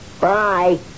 Bye